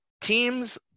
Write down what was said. Teams